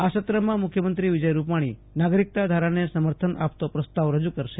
આ સત્રમાં મુખ્યમંત્રી વિજય રૂપાણી નાગરિકતા ધારાને સમર્થન આપતો પ્રસ્તાવ રજુ કરશે